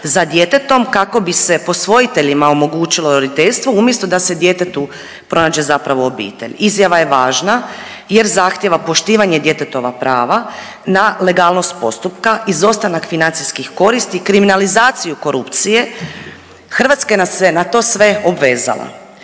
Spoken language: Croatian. za djetetom kako bi se posvojiteljima omogućilo roditeljstvo umjesto da se djetetu pronađe zapravo obitelj. Izjava je važna jer zahtjeva poštivanje djetetova prava na legalnost postupka, izostanak financijskih koristi i kriminalizaciju korupcije, Hrvatska nas se na to sve obvezala,